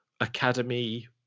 academy